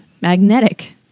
magnetic